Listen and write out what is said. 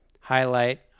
highlight